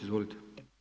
Izvolite.